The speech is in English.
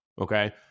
okay